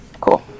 Cool